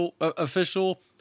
official